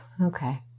Okay